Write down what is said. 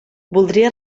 voldria